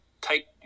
take